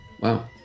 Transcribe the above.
Wow